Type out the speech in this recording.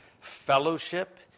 fellowship